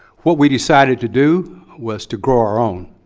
what we decided to do was to grow our own,